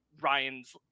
Ryan's